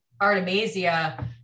Artemisia